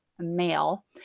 male